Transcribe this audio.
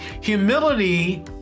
humility